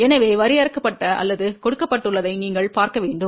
எனவே வரையறுக்கப்பட்ட அல்லது கொடுக்கப்பட்டுள்ளதை நீங்கள் பார்க்க வேண்டும்